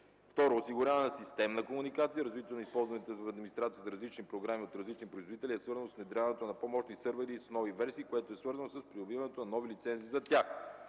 второ, осигуряване на системна комуникация. Развитието на използваните в администрацията различни програми от различни производители е свързано с внедряването на по-мощни сървъри с нови версии, което е свързано с придобиването на нови лицензи за тях.